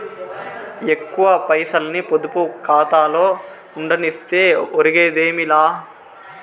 ఎక్కువ పైసల్ని పొదుపు కాతాలో ఉండనిస్తే ఒరిగేదేమీ లా